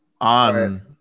on